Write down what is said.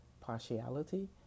partiality